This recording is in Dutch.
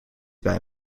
bij